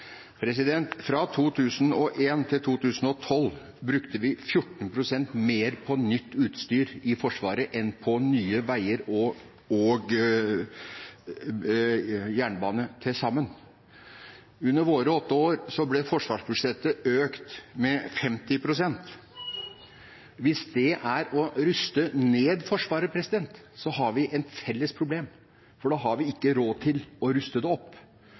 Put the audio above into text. Fra 2001 til 2012 brukte vi 14 pst. mer på nytt utstyr i Forsvaret enn på nye veier og jernbane til sammen. Under våre åtte år ble forsvarsbudsjettet økt med 50 pst. Hvis det er å ruste ned Forsvaret, har vi et felles problem, for da har vi ikke råd til å ruste det opp.